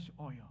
oil